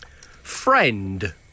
Friend